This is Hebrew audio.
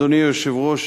אדוני היושב-ראש,